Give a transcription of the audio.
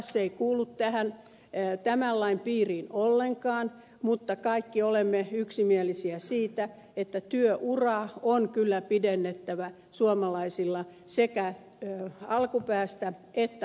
se ei kuulu tähän tämän lain piiriin ollenkaan mutta kaikki olemme yksimielisiä siitä että työuraa on kyllä pidennettävä suomalaisilla sekä alkupäästä että loppupäästä